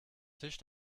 tisch